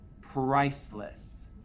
priceless